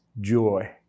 joy